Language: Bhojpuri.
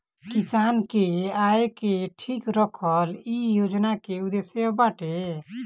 किसान के आय के ठीक रखल इ योजना के उद्देश्य बाटे